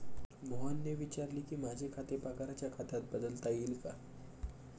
मोहनने विचारले की, माझे खाते पगाराच्या खात्यात बदलता येईल का